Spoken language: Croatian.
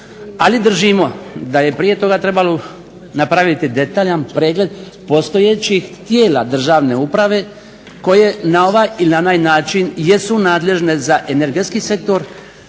Ali držimo da je prije toga trebalo napraviti detaljan pregled postojećih tijela državne uprave koje na ovaj ili na onaj način jesu nadležne za energetski sektor